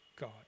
God